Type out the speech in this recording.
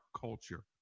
culture